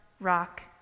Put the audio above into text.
rock